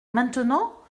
maintenant